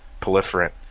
proliferant